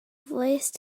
voice